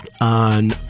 on